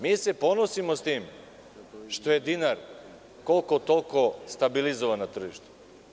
Mi se ponosimo s tim što je dinar, koliko toliko, stabilizovan na tržištu.